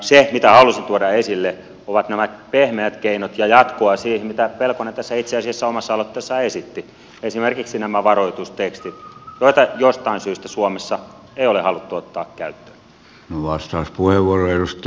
se mitä halusin tuoda esille on nämä pehmeät keinot ja jatkoa siihen mitä pelkonen itse asiassa tässä omassa aloitteessaan esitti esimerkiksi nämä varoitustekstit joita jostain syystä suomessa ei ole haluttu ottaa käyttöön